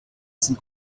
sind